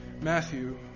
Matthew